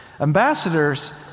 Ambassadors